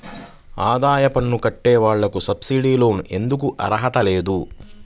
ఆదాయ పన్ను కట్టే వాళ్లకు సబ్సిడీ లోన్ ఎందుకు అర్హత లేదు?